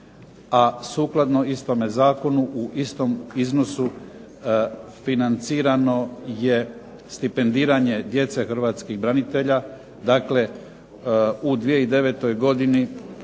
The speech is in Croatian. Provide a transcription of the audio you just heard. a sukladno istome zakonu u istom iznosu financirano je stipendiranje djece hrvatskih branitelja, dakle u 2009. godini